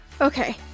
Okay